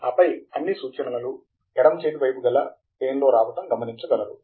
ఆపై అన్ని సూచనలు ఎడమ చేతి వైపు గల పేన్లో రావటం గమనించగలరు